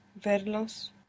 verlos